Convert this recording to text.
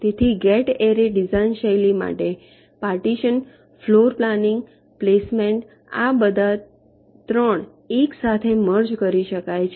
તેથી gate array design શૈલી માટે પાર્ટીશન ફ્લોર પ્લાનિંગ પ્લેસમેન્ટ આ બધા 3 એક સાથે મર્જ કરી શકાય છે